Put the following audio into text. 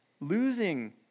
losing